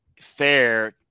fair